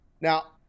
Now